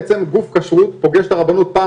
בעצם גוף כשרות פוגש את הרבנות פעם